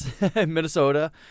Minnesota